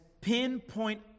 pinpoint